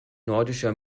nordischer